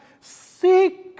seek